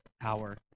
power